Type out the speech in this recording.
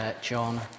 John